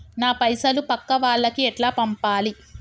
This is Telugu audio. నా పైసలు పక్కా వాళ్లకి ఎట్లా పంపాలి?